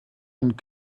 und